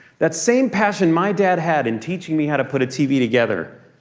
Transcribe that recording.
that same passion my dad had in teaching me how to put a tv together.